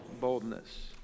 Boldness